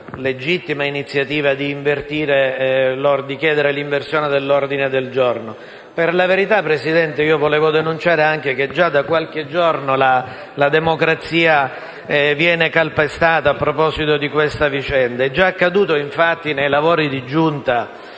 legittima - iniziativa di disporre l'inversione dell'ordine del giorno. Per la verità, signor Presidente, vorrei denunciare anche che già da qualche giorno la democrazia viene calpestata a proposito della vicenda in esame. È già accaduto, infatti, nei lavori della Giunta